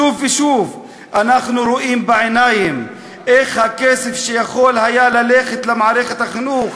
שוב ושוב אנחנו רואים בעיניים איך הכסף שיכול היה ללכת למערכת החינוך,